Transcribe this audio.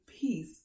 peace